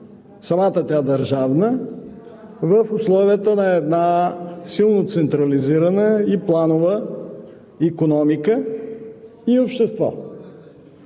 самата тя държавна, в условията на една силно централизирана планова икономиката и общество.